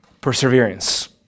perseverance